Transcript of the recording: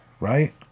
right